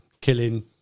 killing